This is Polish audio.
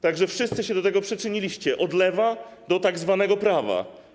Tak że wszyscy się do tego przyczyniliście, od lewa do tzw. prawa.